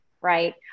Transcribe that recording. right